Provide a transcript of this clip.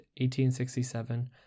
1867